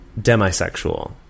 demisexual